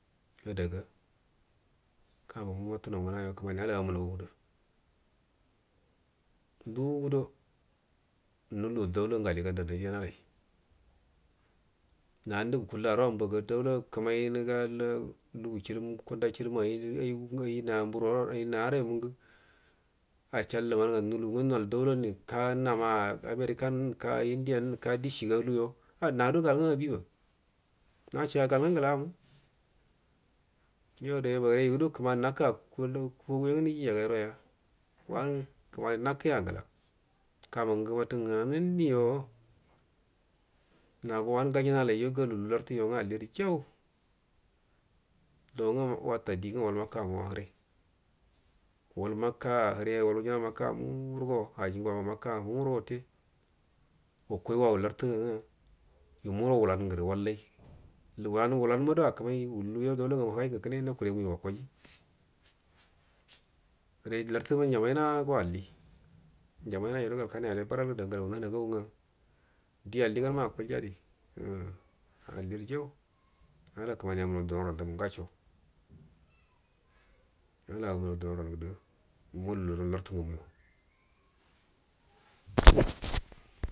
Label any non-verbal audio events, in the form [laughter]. Adaga kamun mumatunan nguayo kumani da amumaudu ndu gudu nulu danla aliganda nijinalai nandu gakullu arawa mbaga daala kama inuga ingu chilumi konda chituma ayigu ayi namburu ayi maraimu ngu a chal lumanga nulu nga nol daula nim ka nama american ka inolran dishiga aluyo ha nagudo gal nga abiba nashoya gal nga ngulamu yo adabaga yoyudo kumani nakkəa fuguya nga nijija gaire nya wanu kumari nakkəya ngula kamuningu watu ngana ngunanaiyo maga wanu gajina lai galu lartuyo nga alliru jau da nga wata də nga wal makkamu a hirə wal makka hire wal wujina makka muu rogoo ajingu wana makka mu no wute wakai, wau lartu nga yumuro wulan nguru wallai nguru wanu wulannu mado akumai yo daula ngamu higai nga kune na kuremu yuwa re larturu njamaina go alli njamaina yudo gal kanaiyalai bural du an galagu nanagagu nga al alliganma akulyari um alliru jan ala kumani amunau dunoran daku ngashe ala agai dunonau gudu mu lumau lulunan lartu ngamu yu. [noise]